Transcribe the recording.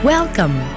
Welcome